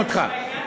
בעניין הזה?